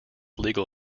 legal